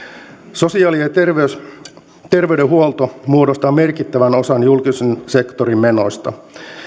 sosiaali ja terveydenhuolto muodostaa merkittävän osan julkisen sektorin menoista